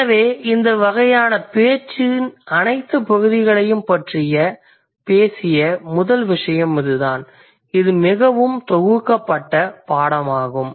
எனவே இந்த வகையான பேச்சின் அனைத்து பகுதிகளையும் பற்றி பேசிய முதல் விசயம் இதுதான் இது மிகவும் தொகுக்கப்பட்ட பாடமாகும்